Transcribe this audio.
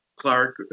Clark